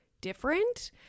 different